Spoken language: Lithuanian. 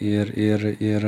ir ir ir